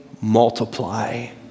multiply